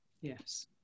Yes